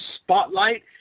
spotlight